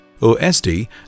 OSD